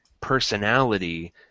personality